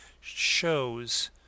shows